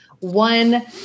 one